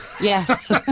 yes